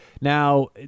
Now